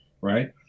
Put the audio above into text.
right